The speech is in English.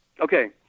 okay